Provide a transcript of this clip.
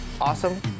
awesome